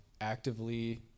actively